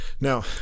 Now